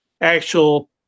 actual